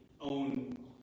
own